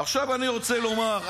עכשיו אני רוצה לומר,